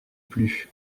plus